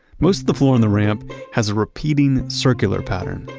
most of the floor in the ramp has a repeating circular pattern,